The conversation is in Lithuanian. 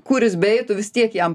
kur jis beeitų vis tiek jam